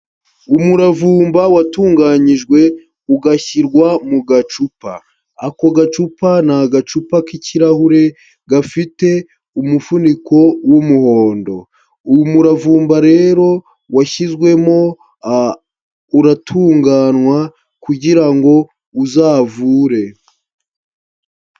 Umuravumba watunganyijwe ugashyirwa mu gacupa, ako gacupa ni agacupa k'ikirahure, gafite umufuniko w'umuhondo, uwo muravumba rero washyizwemo uratunganywa kugira ngo uzavure.